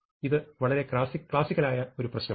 ഇത് വളരെ ക്ലാസിക്കലായ ഒരു പ്രശ്നമാണ്